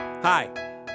Hi